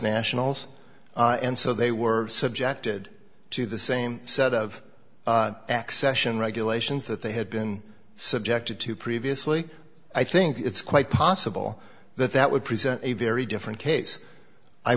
nationals and so they were subjected to the same set of access and regulations that they had been subjected to previously i think it's quite possible that that would present a very different case i